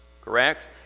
Correct